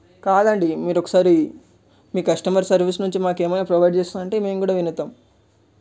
కాదండి మీరు ఒకసారి మీ కస్టమర్ సర్వీస్ నుంచి మాకు ఏమైనా ప్రొవైడ్ చేస్తాను అంటే మేము కూడా వింటాము